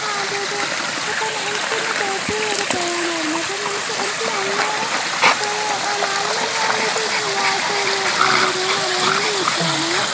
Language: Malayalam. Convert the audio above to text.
ആ അതെ അതെ അപ്പോൾ എനിക്കൊന്ന് ബേപ്പൂര് വരെ പോവാനായിരുന്നു അപ്പോൾ നമുക്ക് എനിക്ക് വൈകുന്നേരം ഒരു നാല് മണിയാകുമ്പോഴത്തേക്കും നിങ്ങള് ഓട്ടോ ഒന്ന് വരുമോയെന്നറിയാൻ വേണ്ടി വിളിച്ചതാണേ